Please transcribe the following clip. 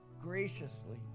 graciously